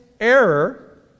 error